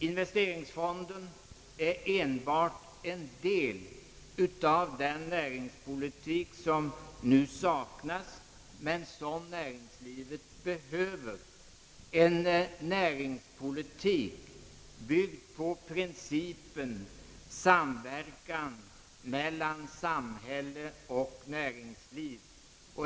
Investeringsfonden är enbart en del av den näringspolitik som nu saknas men som näringslivet behöver, en näringspolitik byggd på principen »samverkan mellan samhälle och näringsliv».